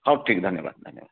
ହଉ ଠିକ୍ ଧନ୍ୟବାଦ ଧନ୍ୟବାଦ